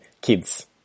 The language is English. kids